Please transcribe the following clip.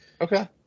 Okay